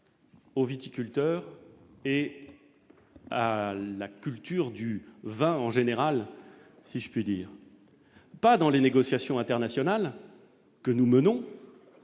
aux viticulteurs et à la culture du vin en général, si je puis dire, pas dans les négociations internationales que nous menons,